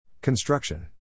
Construction